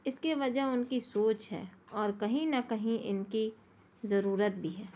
اس کی وجہ ان کی سوچ ہے اور کہیں نہ کہیں ان کی ضرورت بھی ہے